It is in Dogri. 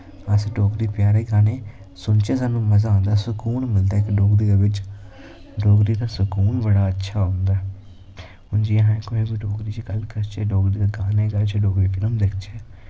अस डोगरी प्यारे गाने सुनचै साह्नू मज़ा आंदा सकून मिलदा ऐ कि डोगरी दै बिच्च डोगरी दा सकून बड़ा अच्छा औंदा ऐ हून जियां अस कोई बी डोगरी च गल्ल करचै डोगरी च गाने गाच्चै डोगरी फ्लेम दिखचै